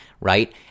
right